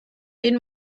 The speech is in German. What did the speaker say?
den